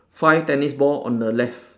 five tennis ball on the left